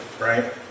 right